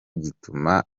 gituma